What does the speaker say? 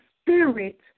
Spirit